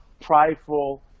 prideful